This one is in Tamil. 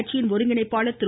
கட்சியின் ஒருங்கிணைப்பாளர் திரு